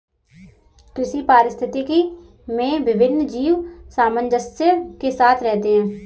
कृषि पारिस्थितिकी में विभिन्न जीव सामंजस्य के साथ रहते हैं